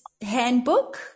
Handbook